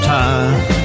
time